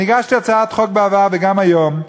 אני הגשתי הצעת חוק בעבר, וגם היום,